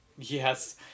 Yes